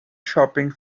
shopping